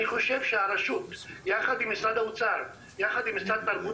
אני חושב שהרשות יחד עם משרד האוצר ומשרד התרבות